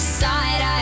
side